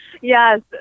Yes